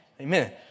Amen